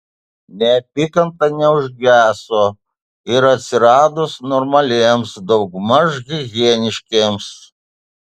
neapykanta neužgeso ir atsiradus normaliems daugmaž higieniškiems